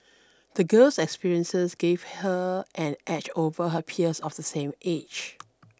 the girl's experiences gave her an edge over her peers of the same age